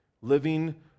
living